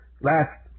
Last